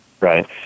Right